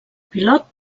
pilot